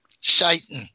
Satan